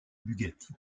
bugatti